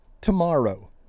tomorrow